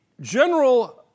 general